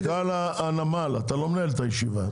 מנכ"ל הנמל, אתה לא מנהל את הישיבה.